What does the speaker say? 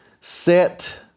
set